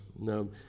No